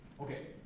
okay